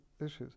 issues